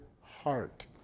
heart